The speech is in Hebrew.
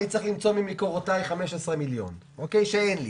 אני צריך למצוא ממקורותיי 15 מיליון שאין לי.